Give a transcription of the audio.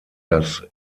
das